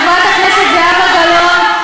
חברת הכנסת זהבה גלאון,